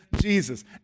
Jesus